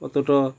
অতোটা